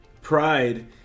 Pride